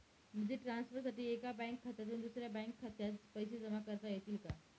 निधी ट्रान्सफरसाठी एका बँक खात्यातून दुसऱ्या बँक खात्यात पैसे जमा करता येतील का?